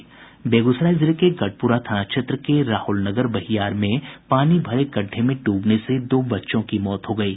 बेगूसराय जिले के गढ़पुरा थाना क्षेत्र के राहुलनगर बहियार में पानी भरे गड्ढ़े में डूबने से दो बच्चों की मौत हो गयी